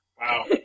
Wow